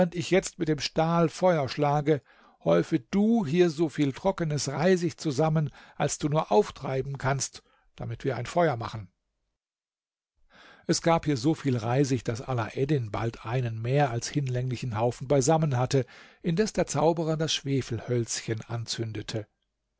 ich jetzt mit dem stahl feuer schlage häufe du hier so viel trockenes reisig zusammen als du nur auftreiben kannst damit wir ein feuer anmachen es gab hier so viel reisig daß alaeddin bald einen mehr als hinlänglichen haufen beisammen hatte indes der zauberer das schwefelhölzchen anzündete